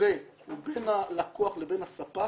החוזה הוא בין הלקוח לבין הספק